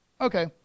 Okay